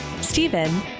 Stephen